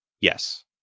Yes